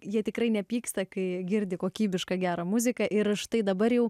jie tikrai nepyksta kai girdi kokybišką gerą muziką ir štai dabar jau